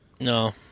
No